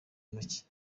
ntoki